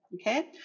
Okay